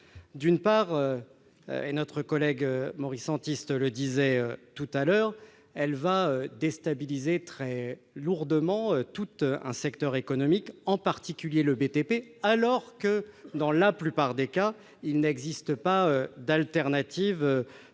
Néanmoins, notre collègue Maurice Antiste le disait il y a quelques instants, elle va déstabiliser très lourdement tout un secteur économique, en particulier le BTP, alors que, dans la plupart des cas, il n'existe pas d'alternative